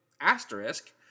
Asterisk